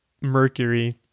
mercury